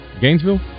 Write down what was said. Gainesville